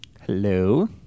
hello